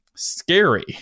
scary